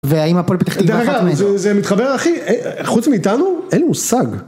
והאם הפועל פתח תקווה אחת מהן? זה מתחבר, אחי? חוץ מאיתנו? אין לי מושג.